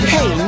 Hey